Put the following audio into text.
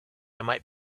might